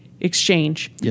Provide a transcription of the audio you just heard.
Exchange